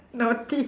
naughty